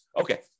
Okay